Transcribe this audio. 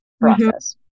process